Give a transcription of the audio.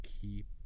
keep